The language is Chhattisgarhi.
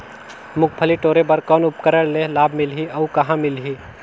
मुंगफली टोरे बर कौन उपकरण ले लाभ मिलही अउ कहाँ मिलही?